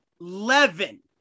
Eleven